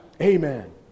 Amen